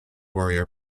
warrior